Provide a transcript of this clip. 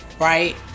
right